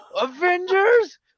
Avengers